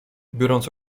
biorąc